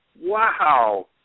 Wow